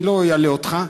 אני לא אלאה אותך.